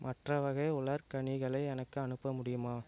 மற்ற வகை உலர் கனிகளை எனக்கு அனுப்ப முடியுமா